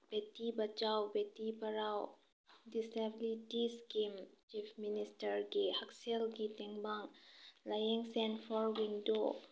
ꯕꯦꯇꯤ Bachao Beti Padhao disability scheme chief ꯃꯤꯅꯤꯁꯇꯔꯒꯤ ꯍꯛꯁꯦꯜꯒꯤ ꯇꯦꯡꯕꯥꯡ ꯂꯥꯌꯦꯡ ꯁꯦꯟ ꯐꯣꯔ ꯋꯤꯟꯗꯣ